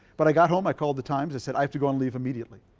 but i got home, i called the times. i said i have to go and leave immediately.